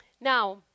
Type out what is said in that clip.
now